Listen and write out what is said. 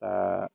दा